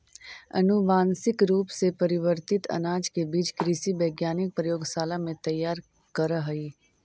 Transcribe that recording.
अनुवांशिक रूप से परिवर्तित अनाज के बीज कृषि वैज्ञानिक प्रयोगशाला में तैयार करऽ हई